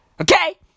Okay